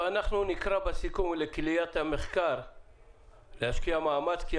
טוב אנחנו נקרא בסיכום לקהילת המחקר להשקיע מאמץ,